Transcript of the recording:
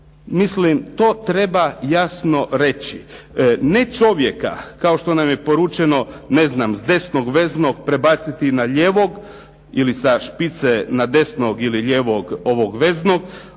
Mislim to treba jasno reći. Ne čovjeka, kao što nam je poručeno ne znam s desnog veznog prebaciti na lijevog ili sa špice na desnog ili lijevog veznog